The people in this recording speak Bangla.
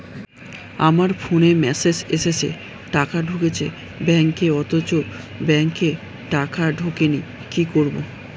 আমার ফোনে মেসেজ এসেছে টাকা ঢুকেছে ব্যাঙ্কে অথচ ব্যাংকে টাকা ঢোকেনি কি করবো?